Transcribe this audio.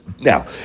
Now